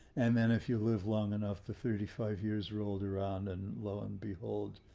and then if you live long enough to thirty five years rolled around, and lo and behold,